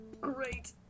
great